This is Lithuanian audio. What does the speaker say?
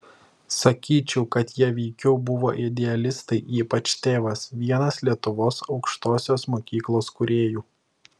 sakyčiau kad jie veikiau buvo idealistai ypač tėvas vienas lietuvos aukštosios mokyklos kūrėjų